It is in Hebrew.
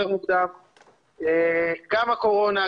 גם הקורונה,